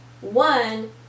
one